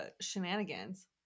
shenanigans